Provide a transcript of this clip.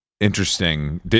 Interesting